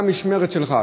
במשמרת שלך.